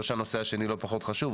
לא שהנושא השני הוא פחות חשוב,